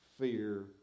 fear